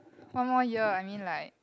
one more year I mean like